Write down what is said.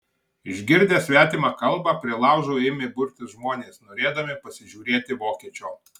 išgirdę svetimą kalbą prie laužo ėmė burtis žmonės norėdami pasižiūrėti vokiečio